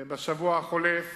השבוע החולף